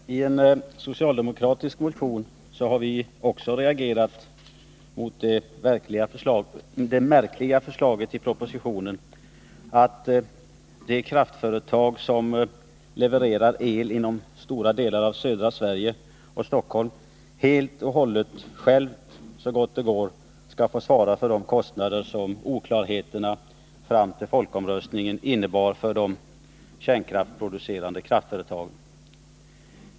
Herr talman! I en socialdemokratisk motion har vi också reagerat mot det märkliga förslaget i propositionen att det kraftföretag som levererar el inom stora delar av södra Sverige och Stockholm helt och hållet självt skall svara för de kostnader som oklarheterna fram till folkomröstningen innebar för de kärnkraftsproducerande kraftföretagen.